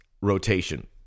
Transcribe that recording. rotation